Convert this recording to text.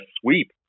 sweep